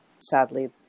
sadly